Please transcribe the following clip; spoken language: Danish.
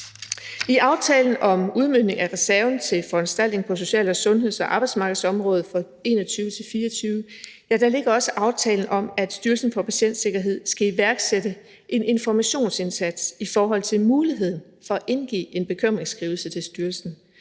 I aftalen om udmøntningen af reserven til foranstaltninger på social- og sundheds- og arbejdsmarkedsområdet for 2021-2024 ligger også aftalen om, at Styrelsen for Patientsikkerhed skal iværksætte en informationsindsats i forhold til muligheden for at indgive en bekymringsskrivelse til styrelsen.